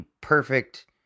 perfect